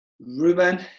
Ruben